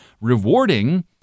rewarding